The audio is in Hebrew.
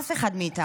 אף אחד מאיתנו.